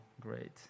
great